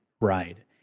ride